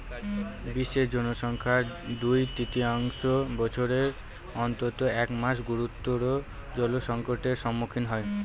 বিশ্বের জনসংখ্যার দুই তৃতীয়াংশ বছরের অন্তত এক মাস গুরুতর জলসংকটের সম্মুখীন হয়